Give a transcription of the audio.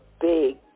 big